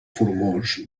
formós